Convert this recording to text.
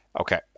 Okay